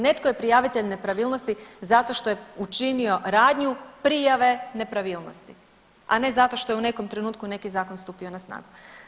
Netko je prijavitelj nepravilnosti zato što je učinio radnju prijave nepravilnosti, a ne zato što je u nekom trenutku neki zakon stupio na snagu.